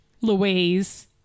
Louise